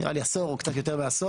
נראה לי עשור או קצת יותר מעשור,